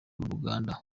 ruganda